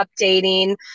updating